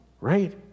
right